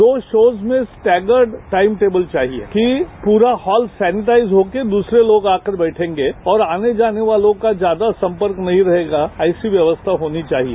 दो शोज में standard time table चाहिए कि पूरा हॉल सैनिटाइज हो के दूसरे लोग आकर बैठेंगे और आने जाने वालों का ज्यादा संपर्क नहीं रहेगा ऐसी व्यवस्था होनी चाहिए